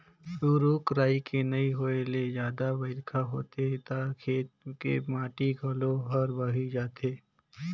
रूख राई के नइ होए ले जादा बइरखा होथे त खेत के माटी घलो हर बही जाथे